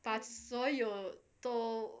把所有都